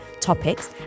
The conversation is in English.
topics